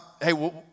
hey